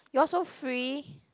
you all so free